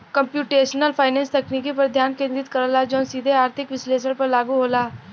computational finance तकनीक पर ध्यान केंद्रित करला जौन सीधे आर्थिक विश्लेषण पर लागू होला